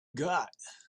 got